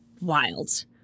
wild